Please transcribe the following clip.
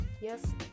yes